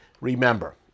remember